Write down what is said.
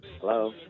hello